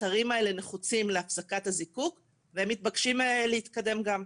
האתרים האלה נחוצים להפסקת הזיקוק והם מתבקשים להתקדם גם.